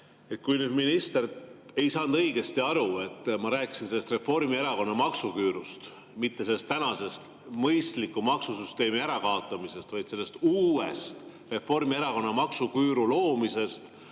Kui minister ei saanud õigesti aru, et rääkisin Reformierakonna maksuküürust, mitte sellest tänase mõistliku maksusüsteemi ärakaotamisest, vaid sellest uuest Reformierakonna maksuküüru loomisest